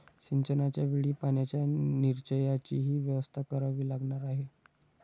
सिंचनाच्या वेळी पाण्याच्या निचर्याचीही व्यवस्था करावी लागणार आहे